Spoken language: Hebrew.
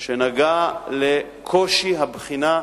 שנגעה לקושי הבחינה,